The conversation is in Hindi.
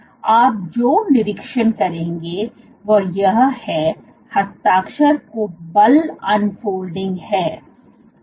इसलिए आप जो निरीक्षण करेंगे वह यह है हस्ताक्षर को बल अनफोल्डिंग है